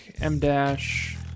M-dash